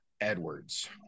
Edwards